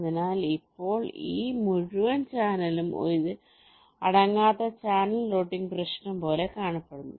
അതിനാൽ ഇപ്പോൾ ഈ മുഴുവൻ ചാനലും ഒരു അടങ്ങാത്ത ചാനൽ റൂട്ടിംഗ് പ്രശ്നം പോലെ കാണപ്പെടുന്നു